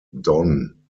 don